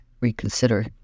reconsider